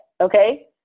Okay